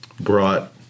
brought